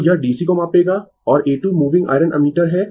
तो यह DC को मापेगा और A 2 मूविंग आयरन एमीटर है